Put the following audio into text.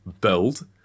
build